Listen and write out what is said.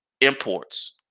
imports